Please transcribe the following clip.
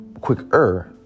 quicker